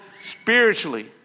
spiritually